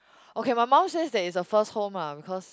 okay my mum says that is a first home lah because